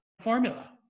formula